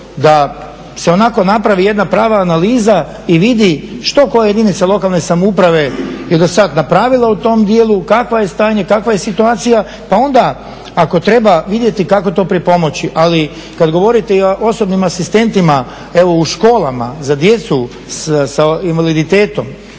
da se onako napravi jedna prava analiza i vidi što koja jedinica lokalne samouprave je dosad napravila u tom dijelu, kakvo je stanje, kakva je situacija pa onda ako treba vidjeti kako to pripomoći. Ali kad govorit i o osobnim asistentima evo u školama za djecu s invaliditetom,